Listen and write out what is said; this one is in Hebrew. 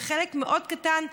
וחלק מאוד קטן,